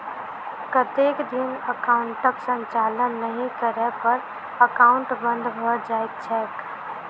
कतेक दिन एकाउंटक संचालन नहि करै पर एकाउन्ट बन्द भऽ जाइत छैक?